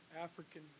African